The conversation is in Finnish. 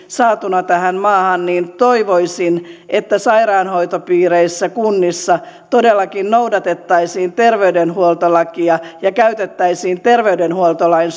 saatuna tähän maahan toivoisin että sairaanhoitopiireissä ja kunnissa todellakin noudatettaisiin terveydenhuoltolakia ja käytettäisiin terveydenhuoltolain